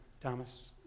Thomas